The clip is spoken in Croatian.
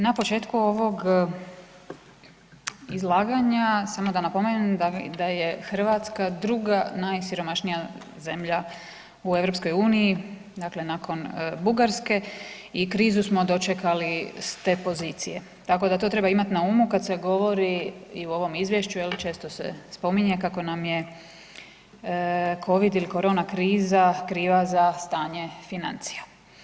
Na početku ovog izlaganja samo da napomenem da je Hrvatska druga najsiromašnija zemlja u EU, dakle nakon Bugarske i krizu smo dočekali s te pozicije, tako da to treba imat na umu kad se govori i u ovom izvješću jel često se spominje kako nam je covid ili korona kriza kriva za stanje financija.